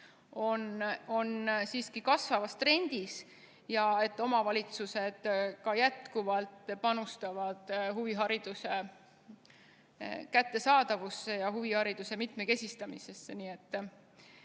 on siiski kasvavas trendis ja et omavalitsused ka edaspidi panustavad huvihariduse kättesaadavusse ja mitmekesistamisse.